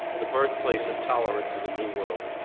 the birthplace of tolerance in the new world.